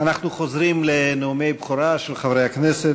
אנחנו חוזרים לנאומי בכורה של חברי הכנסת.